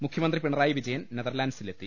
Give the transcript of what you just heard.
മുഖ്യമന്ത്രി പിണറായി വിജയൻ നെതർലാന്റ് സിലെത്തി